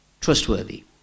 trustworthy